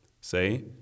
Say